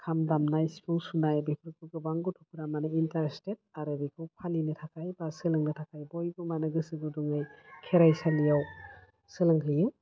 खाम दामनाय सिफुं सुनाय बेफोरखौ गोबां गथ'फ्रा माने इन्टारेस्टेद आरो बेखौ फालिनो थाखाय बा सोलोंनो थाखाय बयबो मानो गोसो गुदुङै खेराइसालियाव सोलोंहैयो